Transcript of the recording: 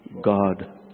God